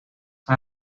hij